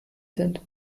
sind